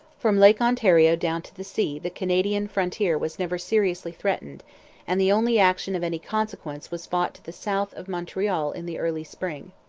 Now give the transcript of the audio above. from lake ontario down to the sea the canadian frontier was never seriously threatened and the only action of any consequence was fought to the south of montreal in the early spring.